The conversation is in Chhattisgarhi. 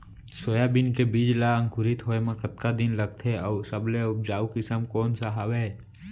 सोयाबीन के बीज ला अंकुरित होय म कतका दिन लगथे, अऊ सबले उपजाऊ किसम कोन सा हवये?